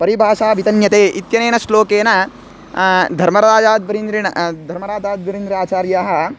परिभाषा वितन्यते इत्यनेन श्लोकेन धर्मराजाध्वरीन्द्रेण धर्मराजाध्वरीन्द्रः आचार्यः